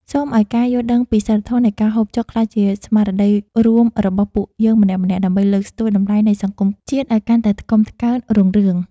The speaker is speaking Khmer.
សូមឱ្យការយល់ដឹងពីសីលធម៌នៃការហូបចុកក្លាយជាស្មារតីរួមរបស់ពួកយើងម្នាក់ៗដើម្បីលើកស្ទួយតម្លៃនៃសង្គមជាតិឱ្យកាន់តែថ្កុំថ្កើងរុងរឿង។